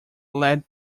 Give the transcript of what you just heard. led